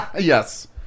yes